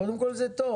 זה טוב.